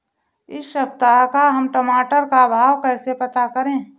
इस सप्ताह का हम टमाटर का भाव कैसे पता करें?